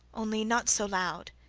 only not so loud,